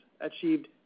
achieved